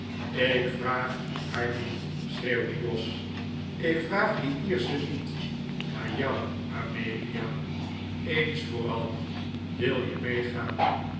ik vraag haar niet schreeuwde jos ik vraag die iersche niet maar jou amelia eens voor al wil je meegaan